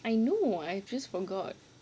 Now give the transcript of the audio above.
I know I just forgot